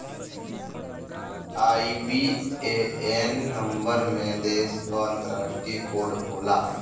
IBAN नंबर में देश क अंतरराष्ट्रीय कोड होला